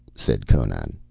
said conan,